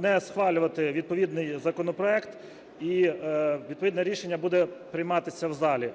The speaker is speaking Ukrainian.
не схвалювати відповідний законопроект і відповідне рішення буде прийматися в залі.